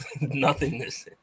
nothingness